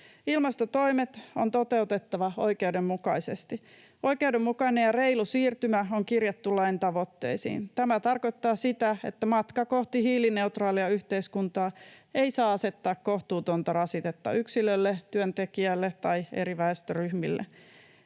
Ilmastotoimet on toteutettava oikeudenmukaisesti. Oikeudenmukainen ja reilu siirtymä on kirjattu lain tavoitteisiin. Tämä tarkoittaa sitä, että matka kohti hiilineutraalia yhteiskuntaa ei saa asettaa kohtuutonta rasitetta yksilölle, työntekijälle tai eri väestöryhmille.